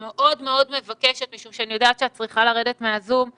אנחנו מאפשרים למבוגרים ולהם לא.